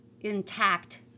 intact